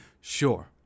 Sure